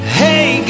hey